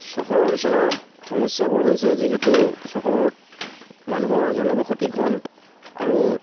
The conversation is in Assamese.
চহৰৰ অঞ্চলৰ সমস্যাবোৰ হৈছে যিহেতু চহৰত মানুহৰ জনবসতি ঘন আৰু